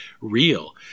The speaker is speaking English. real